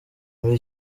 muri